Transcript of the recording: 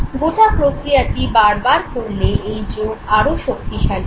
গোটা প্রক্রিয়াটি বারবার করলে এই যোগ আরও শক্তিশালী হয়